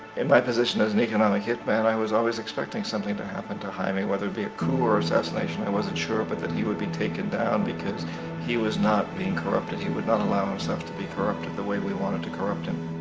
in my position as an economic hitman, i was always expecting something to happen to jaime, whether it'd be a coup or assassination, i wasn't sure, but that he would be taken down, because he was not beeing corrupted, he would not allow himself to be corrupted the way we wanted to corrupt him.